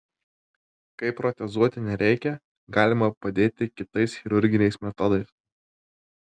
kai protezuoti nereikia galima padėti kitais chirurginiais metodais